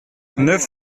neuf